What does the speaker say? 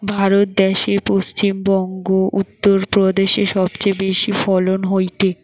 ভারত দ্যাশে পশ্চিম বংগো, উত্তর প্রদেশে সবচেয়ে বেশি ফলন হয়টে